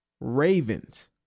ravens